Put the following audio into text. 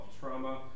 trauma